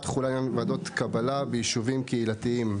תחולה לעניין ועדות קבלה ביישובים קהילתיים),